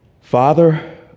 Father